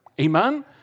Amen